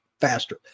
faster